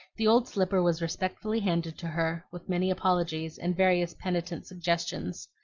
the old slipper was respectfully handed to her with many apologies and various penitent suggestions.